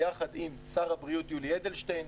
לבין שר הבריאות יולי אדלשטיין,